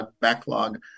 backlog